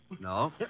No